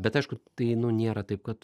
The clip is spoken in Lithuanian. bet aišku tai nu nėra taip kad